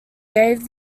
gave